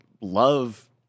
love